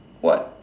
what